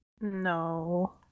No